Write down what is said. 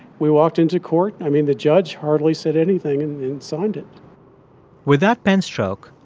we walked into court. i mean, the judge hardly said anything and signed it with that pen stroke,